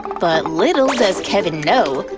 but little does kevin know,